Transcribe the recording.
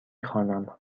خوانم